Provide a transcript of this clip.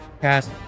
cast